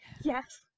Yes